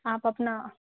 آپ اپنا